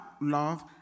love